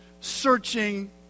searching